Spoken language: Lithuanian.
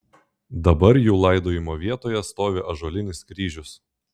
dabar jų laidojimo vietoje stovi ąžuolinis kryžius